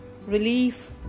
relief